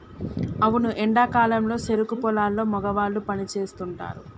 అవును ఎండా కాలంలో సెరుకు పొలాల్లో మగవాళ్ళు పని సేస్తుంటారు